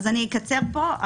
אני אקצר פה.